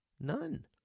None